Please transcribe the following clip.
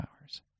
hours